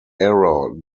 error